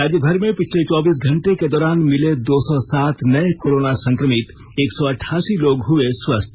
राज्यभर में पिछले चौबीस घंटे के दौरान मिले दो सौ सात नए कोरोना संक्रमित एक सौ अठासी लोग हुए स्वस्थ